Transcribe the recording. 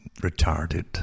retarded